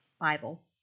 Bible